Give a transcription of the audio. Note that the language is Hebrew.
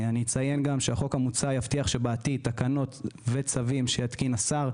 אני אציין גם שהחוק המוצע יבטיח שבעתיד תקנות וצווים שיתקין השר,